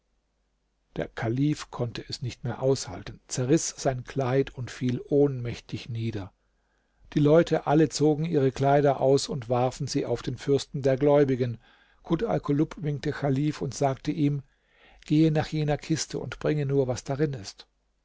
der kalif konnte es nicht mehr aushalten zerriß sein kleid und fiel ohnmächtig nieder die leute alle zogen ihre kleider aus und warfen sie auf den fürsten der gläubigen kut alkulub winkte chalif und sagte ihm geh nach jener kiste und bringe nur was darin ist